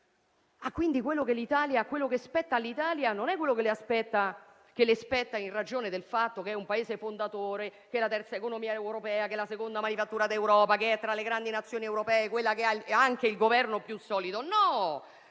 Quindi, quello che spetta all'Italia, non è quello che le spetta in ragione del fatto che è un Paese fondatore, che è la terza economia europea, che è la seconda manifattura d'Europa, che è, tra le grandi nazioni europee, quella che ha anche il Governo più solido. No,